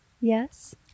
Yes